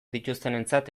dituztenentzat